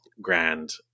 grand